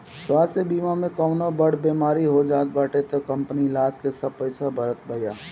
स्वास्थ्य बीमा में कवनो बड़ बेमारी हो जात बाटे तअ कंपनी इलाज के सब पईसा भारत बिया